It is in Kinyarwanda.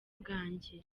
bwanjye